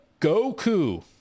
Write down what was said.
Goku